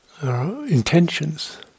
Intentions